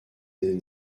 des